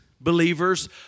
believers